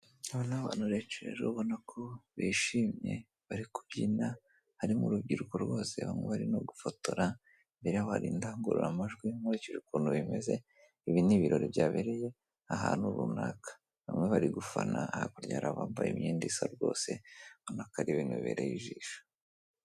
Noneho ni abantu benshi ubona ko bishimye bari kubyina. Harimo urubyiruko rwose, bamwe bari no gufotora, hadi n'indangururamajwi. Nkurikije ukuntu bimeze, ibi ni ibirori byabereye ahantu runaka. Bamwe bari gufana bambaye imyenda isa rwose, ubona ko ari ibintu bibereye ijisho.